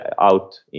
out